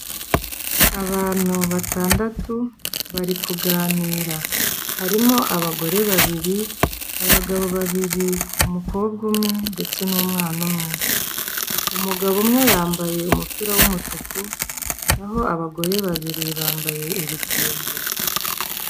Abantu batandatu, bari kuganira. Harimo abagore babiri, abagabo babiri umukobwa umwe, ndetse n'umwana umwe. Umugabo umwe yambaye umupira w'umutuku, naho abagore babiri bambaye ibitenge.